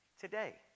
today